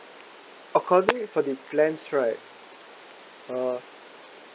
according for the plans right uh